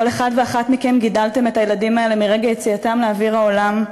כל אחד ואחת מכם גידל את הילדים האלה מרגע יציאתם לאוויר העולם.